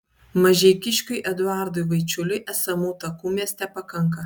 mažeikiškiui eduardui vaičiuliui esamų takų mieste pakanka